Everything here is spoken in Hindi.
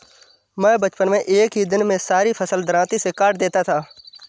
मैं बचपन में एक ही दिन में सारी फसल दरांती से काट देता था